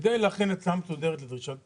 כדי להכין הצעה מסודרת לדרישה לפיצויים,